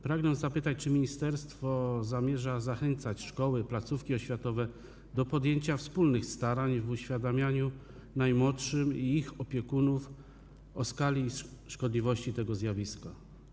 Pragnę zapytać, czy ministerstwo zamierza zachęcać szkoły, placówki oświatowe do podjęcia wspólnych starań w uświadamianiu najmłodszym i ich opiekunom skali szkodliwości tego zjawiska.